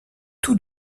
tout